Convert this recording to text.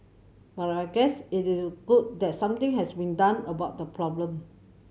but I guess it is good that something has been done about the problem